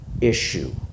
issue